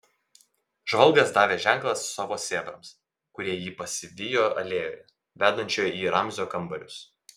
žvalgas davė ženklą savo sėbrams kurie jį pasivijo alėjoje vedančioje į ramzio kambarius